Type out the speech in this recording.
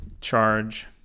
charge